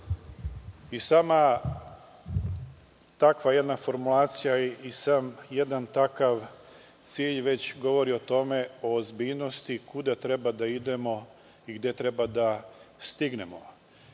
takva jedna formulacija i sam jedan takav cilj već govori o ozbiljnosti i o tome kuda treba da idemo i gde treba da stignemo.